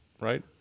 right